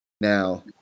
Now